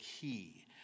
key